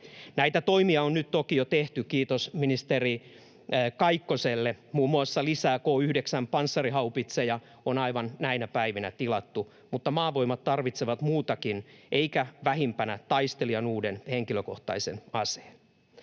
Näitä toimia on nyt toki jo tehty — kiitos ministeri Kaikkoselle. Muun muassa lisää K9-panssarihaupitseja on aivan näinä päivinä tilattu, mutta Maavoimat tarvitsevat muutakin, eikä vähimpänä taistelijan uuden henkilökohtaisen aseen.